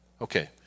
Okay